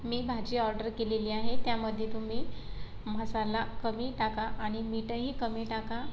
मी भाजी ऑर्डर केलेली आहे त्यामध्ये तुम्ही मसाला कमी टाका आणि मीठही कमी टाका